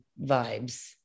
vibes